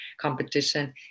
competition